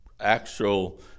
actual